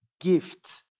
gift